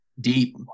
Deep